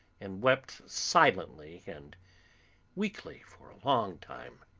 and wept silently and weakly for a long time.